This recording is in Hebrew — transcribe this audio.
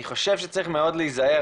אני חושב שצריך מאוד להיזהר,